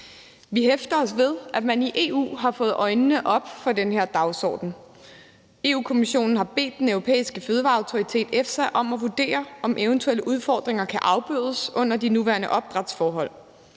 Vi hæfter os ved, at man i EU har fået øjnene op for den her dagsorden. Europa-Kommissionen har bedt Den Europæiske Fødevaresikkerhedsautoritet, EFSA, om at vurdere, om eventuelle udfordringer kan afbødes under de nuværende opdrætsforhold.